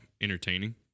entertaining